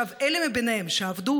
אלה מביניהם שעבדו